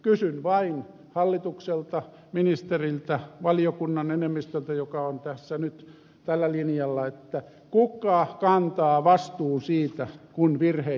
kysyn vain hallitukselta ministeriltä valiokunnan enemmistöltä joka on tässä nyt tällä linjalla kuka kantaa vastuun siitä kun virheitä tapahtuu